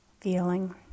feeling